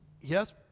yes